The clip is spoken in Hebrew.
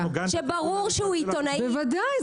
שברור שהוא עיתונאי --- בוודאי,